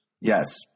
Yes